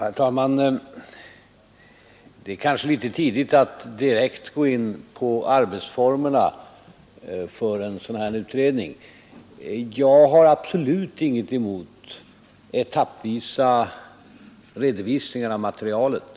Herr talman! Det är kanske litet tidigt att nu direkt gå in på arbetsformerna för en sådan här utredning. Jag har absolut inget emot etappvisa redovisningar av materialet.